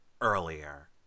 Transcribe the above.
earlier